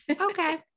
Okay